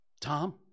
Tom